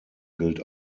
gilt